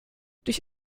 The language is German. durch